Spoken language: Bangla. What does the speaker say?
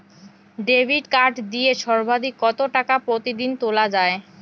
ডেবিট কার্ড দিয়ে সর্বাধিক কত টাকা প্রতিদিন তোলা য়ায়?